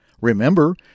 Remember